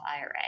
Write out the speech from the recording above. IRA